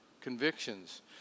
convictions